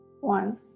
one